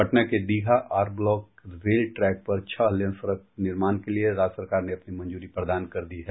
पटना के Digha R block rail track पर छह लेन सड़क निर्माण के लिए राज्य सरकार ने अपनी मंजूरी प्रदान कर दी है